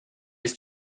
his